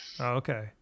Okay